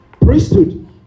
Priesthood